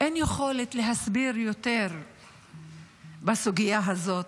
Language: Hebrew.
אין יכולת להסביר יותר בסוגיה הזאת.